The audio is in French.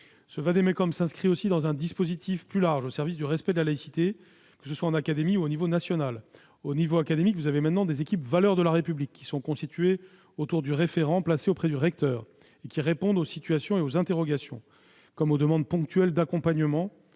Ce vade-mecum s'inscrit aussi dans un dispositif plus large au service du respect de la laïcité, que ce soit en académie ou au niveau national. Au niveau académique, des équipes « valeurs de la République » sont constituées autour du référent placé auprès du recteur et répondent aux situations et aux interrogations comme aux demandes ponctuelles d'accompagnement.